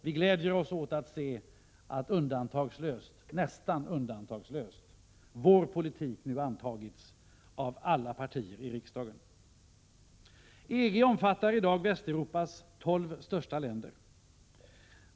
Vi gläder oss åt att vår politik nu, nästan undantagslöst, har antagits av alla partier i riksdagen. EG omfattar i dag Västeuropas tolv största länder.